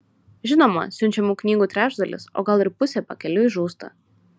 žinoma siunčiamų knygų trečdalis o gal ir pusė pakeliui žūsta